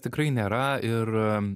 tikrai nėra ir